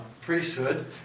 priesthood